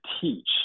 teach